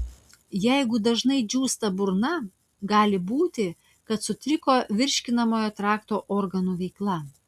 jeigu dažnai džiūsta burna gali būti kad sutriko virškinamojo trakto organų veikla